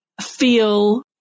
feel